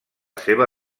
seva